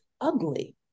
ugly